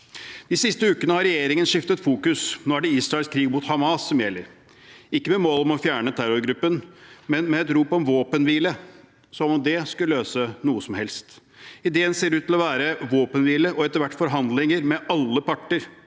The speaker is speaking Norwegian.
De siste ukene har regjeringen skiftet fokus. Nå er det Israels krig mot Hamas som gjelder – ikke med et mål om å fjerne terrorgruppen, men med et rop om våpenhvile, som om det skulle løse noe som helst. Ideen ser ut til å være våpenhvile og etter hvert forhandlinger med alle parter